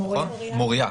מוריה.